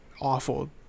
awful